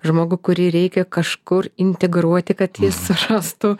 žmogų kurį reikia kažkur integruoti kad jis surastų